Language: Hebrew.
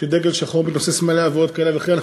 שדגל שחור מתנוסס מעליה ועוד כהנה וכהנה,